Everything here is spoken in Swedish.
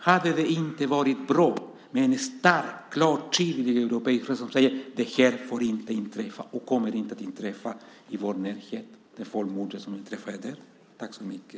Hade det inte varit bra med en stark, klar och tydlig europeisk röst som om det folkmord som inträffat där säger: Det här får inte inträffa och kommer inte att inträffa i vår närhet?